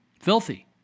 filthy